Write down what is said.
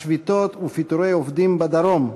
השביתות ופיטורי עובדים בדרום,